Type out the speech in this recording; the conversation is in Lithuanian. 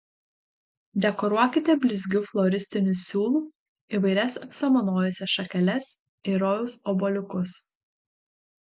dekoruokite blizgiu floristiniu siūlu įvairias apsamanojusias šakeles ir rojaus obuoliukus